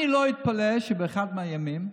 אני לא אתפלא שבאחד מהימים,